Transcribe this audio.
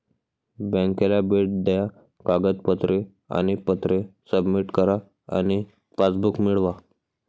बँकेला भेट द्या कागदपत्रे आणि पत्रे सबमिट करा आणि पासबुक मिळवा